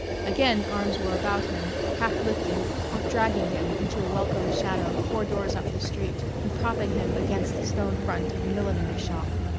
again arms were about him, half lifting, half dragging him into a welcome shadow four doors up the street and propping him against the stone front of a millinery shop.